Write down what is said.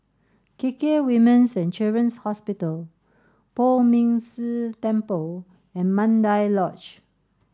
K K Women's and Children's Hospital Poh Ming Tse Temple and Mandai Lodge